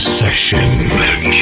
session